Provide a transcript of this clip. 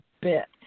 bit